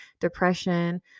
depression